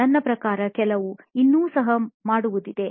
ನನ್ನ ಪ್ರಕಾರ ಕೆಲಸ ಇನ್ನು ಸಹ ಮಾಡುವುದಿದೆ